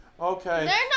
Okay